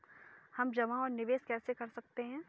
हम जमा और निवेश कैसे कर सकते हैं?